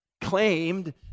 claimed